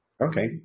Okay